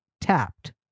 tapped